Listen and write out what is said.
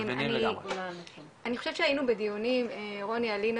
אני חושבת שהיינו בדיונים רוני אלינה